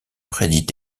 prédit